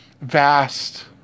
vast